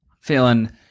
Feeling